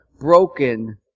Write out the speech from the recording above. broken